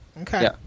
Okay